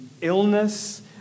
illness